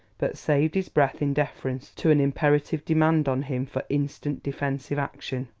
but saved his breath in deference to an imperative demand on him for instant defensive action.